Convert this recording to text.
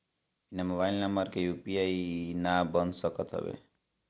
बिना mobile number के UPI नाइ बन सकत हवे